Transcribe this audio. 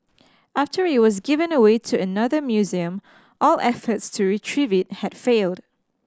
after it was given away to another museum all efforts to retrieve it had failed